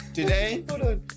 Today